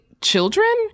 children